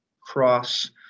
cross